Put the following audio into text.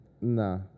Nah